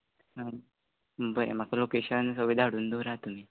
आं बरें म्हाका लोकेशन सगळें धाडून दवरा तुमी